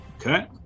Okay